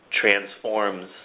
transforms